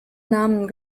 namen